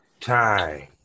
time